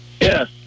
Yes